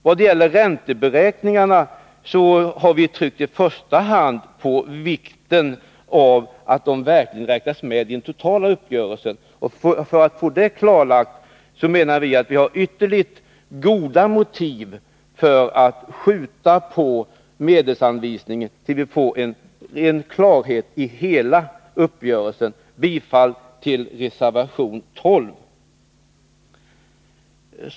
Vad det gäller ränteberäkningarna har vi i första hand tryckt på vikten av att de verkligen räknas med i den totala uppgörelsen. För att få det klarlagt menar vi att vi har ytterligt goda motiv för att skjuta på medelsanvisningen tills vi får klarhet i hela uppgörelsen. Jag yrkar bifall till reservation 12.